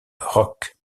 rock